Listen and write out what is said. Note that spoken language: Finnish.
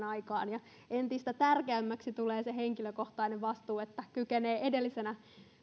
aikaan niin entistä tärkeämmäksi tulee se henkilökohtainen vastuu että kykenee edellisenä